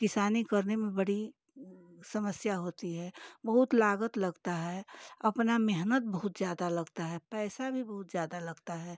किसानी करने में बड़ी समस्या होती है बहुत लागत लगता है अपना मेहनत बहुत ज़्यादा लगता है पैसा भी बहुत ज़्यादा लगता है